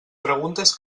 preguntes